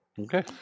Okay